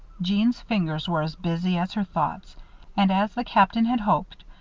jeanne's fingers were as busy as her thoughts and, as the captain had hoped,